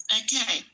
okay